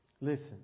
Listen